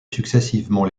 successivement